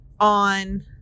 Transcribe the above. on